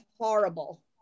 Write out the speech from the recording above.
horrible